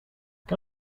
can